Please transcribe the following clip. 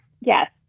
Yes